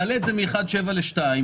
תעלה את זה מ-1.7 מיליון ל-2 מיליון,